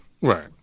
Right